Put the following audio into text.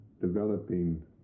developing